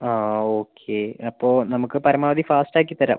ആ ആ ഓക്കെ അപ്പോൾ നമുക്ക് പരമാവധി ഫാസ്റ്റ് ആക്കിത്തരാം